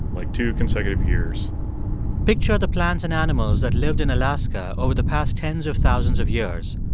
like two consecutive years picture the plants and animals that lived in alaska over the past tens of thousands of years.